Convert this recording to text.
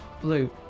Blue